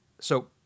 So-